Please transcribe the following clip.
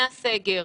הסגר